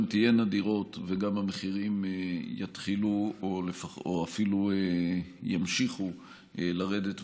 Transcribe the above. תהיינה דירות וגם המחירים יתחילו או אפילו ימשיכו לרדת,